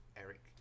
Eric